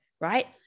right